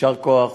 יישר כוח.